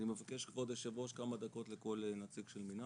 אני מבקש כבוד היושב ראש כמה דקות לכל נציג של המנהל.